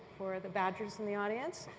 for the badgers in the audience.